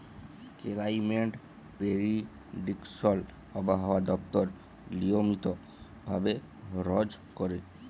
climate prediction আবহাওয়া দপ্তর নিয়মিত ভাবে রজ ক্যরে